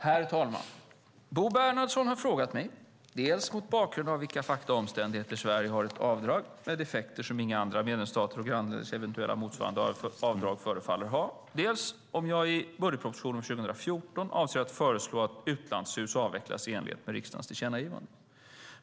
Herr talman! Bo Bernhardsson har frågat mig, dels mot bakgrund av vilka fakta och omständigheter Sverige har ett avdrag med effekter som inga andra medlemsstaters och grannländers eventuella motsvarande avdrag förefaller ha, dels om jag i budgetpropositionen för 2014 avser att föreslå att utlands-HUS avvecklas i enlighet med riksdagens tillkännagivande.